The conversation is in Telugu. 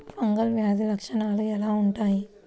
ఫంగల్ వ్యాధి లక్షనాలు ఎలా వుంటాయి?